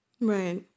Right